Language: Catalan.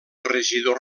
regidor